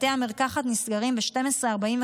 בתי המרקחת נסגרים ב-12:45,